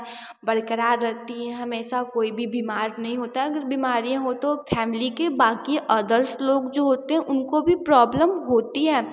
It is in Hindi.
बरकरार रहती हैं हमेशा कोई भी बीमार नहीं होता अगर बीमारियाँ हो तो फैमिली के बाकी अदर्स लोग जो होते हैं उनको भी प्रॉब्लम होती है